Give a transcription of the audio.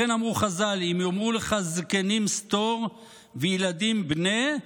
לכן אמרו חז"ל: "אם יאמרו לך זקנים סתור וילדים בנה,